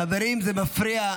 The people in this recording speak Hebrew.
חברים, זה מפריע.